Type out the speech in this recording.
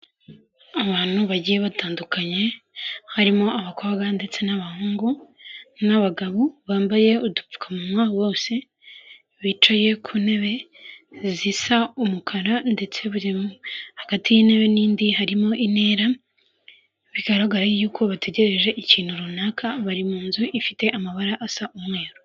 Abantu bagiye batandukanye, harimo abakobwa ndetse n'abahungu n'abagabo bambaye udupfukamunwa bose, bicaye ku ntebe zisa umukara ndetse buri hagati y'intebe n'indi harimo intera, bigaragara yuko bategereje ikintu runaka, bari mu nzu ifite amabara asa umweru.